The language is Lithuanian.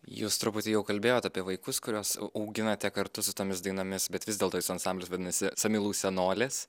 jūs truputį jau kalbėjot apie vaikus kuriuos au auginate kartu su tomis dainomis bet vis dėlto jūsų ansamblis vadinasi samylų senolės